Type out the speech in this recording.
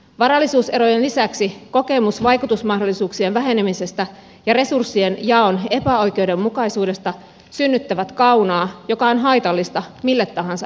varallisuuserojen lisäksi kokemus vaikutusmahdollisuuksien vähenemisestä ja resurssien jaon epäoikeudenmukaisuudesta synnyttävät kaunaa joka on haitallista mille tahansa yhteiskunnalle